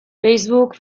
facebook